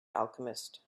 alchemist